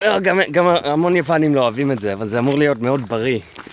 גם המון יפנים לא אוהבים את זה, אבל זה אמור להיות מאוד בריא.